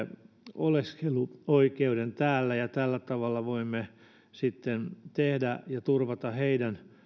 oleskeluoikeuden täällä tällä tavalla voimme tehdä ja turvata heidän